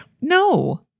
no